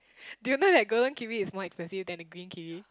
do you know that golden kiwi is more expensive than the green kiwi